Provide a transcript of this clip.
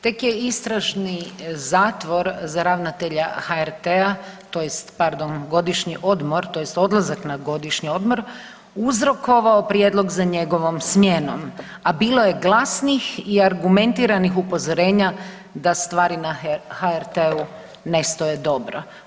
Tek je istražni zatvor za ravnatelja HRT-a tj. pardon, godišnji odmor tj. odlazak na godišnji odmor uzrokovao prijedlog za njegovom smjenom, a bilo je glasnih i argumentiranih upozorenja da stvari na HRT-u ne stoje dobro.